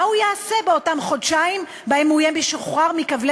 מה הוא יעשה באותם חודשיים שבהם הוא יהיה משוחרר מכבלי